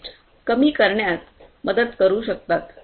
उत्पादन खर्च आणि वेस्ट कमी करण्यात मदत करू शकतात